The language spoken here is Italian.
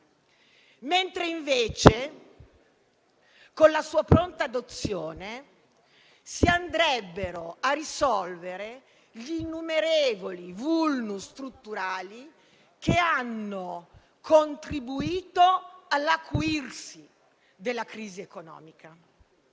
mentre invece, con la sua pronta adozione, si andrebbero a risolvere gli innumerevoli *vulnus* strutturali che hanno contribuito all'acuirsi della crisi economica.